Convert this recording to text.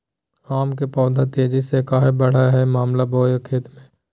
आम के पौधा तेजी से कहा बढ़य हैय गमला बोया खेत मे?